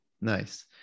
Nice